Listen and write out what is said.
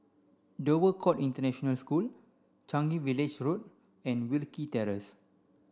Dover Court International School Changi Village Road and Wilkie Terrace